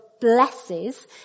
blesses